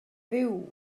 fyw